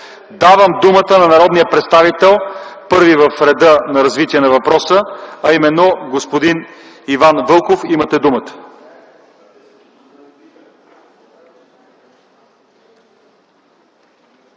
Давам думата на народния представител, първи в реда на развитие на въпроса, а именно господин Иван Вълков. Имате думата.